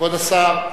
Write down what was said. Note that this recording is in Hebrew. כבוד השר,